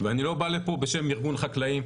ואני לא בא לפה בשם ארגון חקלאים,